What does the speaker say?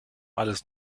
alles